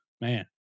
man